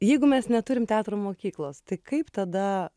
jeigu mes neturim teatro mokyklos tai kaip tada